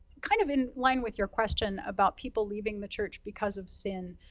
kind of in line with your question about people leaving the church because of sin.